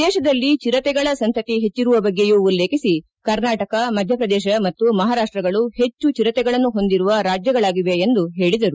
ದೇಶದಲ್ಲಿ ಚಿರತೆಗಳ ಸಂತತಿ ಹೆಚ್ಚಿರುವ ಬಗ್ಗೆಯೂ ಉಲ್ಲೇಖಿಸಿ ಕರ್ನಾಟಕ ಮಧ್ಯಪ್ರದೇಶ ಮತ್ತು ಮಹಾರಾಷ್ಟ್ರಗಳು ಹೆಚ್ಚು ಚಿರತೆಗಳನ್ನು ಹೊಂದಿರುವ ರಾಜ್ಯಗಳಾಗಿವೆ ಎಂದು ಹೇಳಿದರು